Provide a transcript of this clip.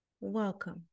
welcome